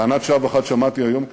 טענת שווא אחת שמעתי היום כאן,